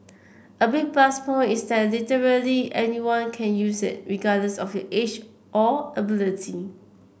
a big plus point is that literally anyone can use it regardless of the age or ability